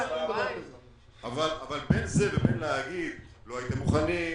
אבל בין זה לבין להגיד לא הייתם מוכנים,